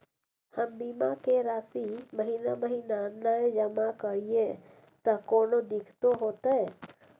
हम बीमा के राशि महीना महीना नय जमा करिए त कोनो दिक्कतों होतय?